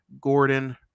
Gordon